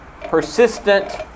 persistent